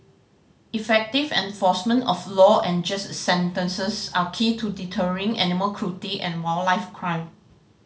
effective enforcement of law and just sentences are key to deterring animal cruelty and wildlife crime